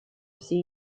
все